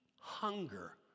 hunger